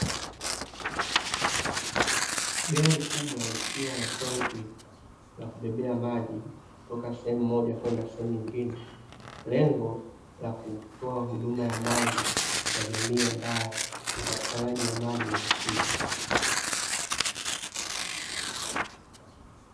Gari kubwa likiwa na tenki la kubebea maji kutoka sehemu moja kwenda sehemu nyingine lengo la kutoa huduma ya maji kwa jamii ambayo upatikanaji wa maji ni shida.